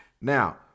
Now